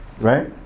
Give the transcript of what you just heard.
right